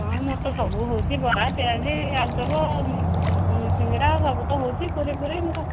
ହଁ ମୋର ତ ସବୁ ହେଉଛି ବରା ପିଆଜି ଆଳୁଚପ୍ ସିଙ୍ଗଡ଼ା ସବୁ ତ ହେଉଛି ପୁରି ପୁରି ମୋର